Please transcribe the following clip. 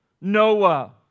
Noah